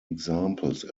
examples